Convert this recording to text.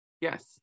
Yes